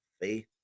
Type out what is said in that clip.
Faith